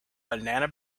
banana